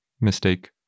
mistake